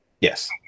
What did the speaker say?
Yes